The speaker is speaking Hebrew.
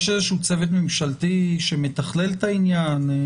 יש איזשהו צוות ממשלתי שמתכלל את העניין?